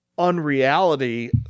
Unreality